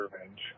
revenge